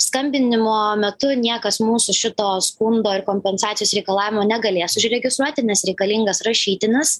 skambinimo metu niekas mūsų šito skundo ir kompensacijos reikalavimo negalės užregistruoti nes reikalingas rašytinis